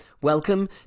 welcome